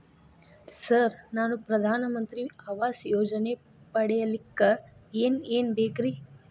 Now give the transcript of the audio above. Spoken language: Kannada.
ಸರ್ ನಾನು ಪ್ರಧಾನ ಮಂತ್ರಿ ಆವಾಸ್ ಯೋಜನೆ ಪಡಿಯಲ್ಲಿಕ್ಕ್ ಏನ್ ಏನ್ ಬೇಕ್ರಿ?